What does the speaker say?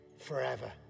forever